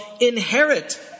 inherit